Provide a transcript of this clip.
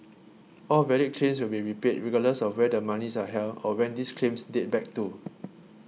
all valid claims will be repaid regardless of where the monies are held or when these claims date back to